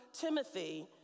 Timothy